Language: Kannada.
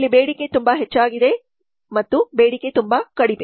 ಇಲ್ಲಿ ಬೇಡಿಕೆ ತುಂಬಾ ಹೆಚ್ಚಾಗಿದೆ ಮತ್ತು ಬೇಡಿಕೆ ತುಂಬಾ ಕಡಿಮೆ